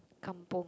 Kampung